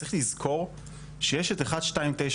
צריך לזכור שיש את 1299,